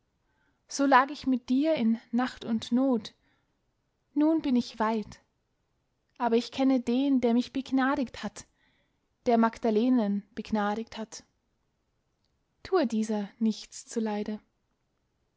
so lag ich mit dir in nacht und not nun bin ich weit aber ich kenne den der mich begnadigt hat der magdalenen begnadigt hat tue dieser nichts zuleide